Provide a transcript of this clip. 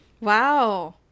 Wow